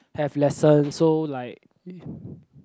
have lesson so like